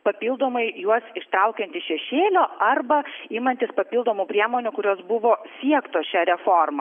papildomai juos ištraukiant iš šešėlio arba imantis papildomų priemonių kurios buvo siektos šia reforma